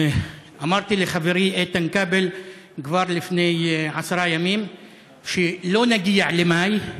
אמרתי לחברי איתן כבל כבר לפני עשרה ימים שלא נגיע למאי,